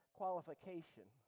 qualification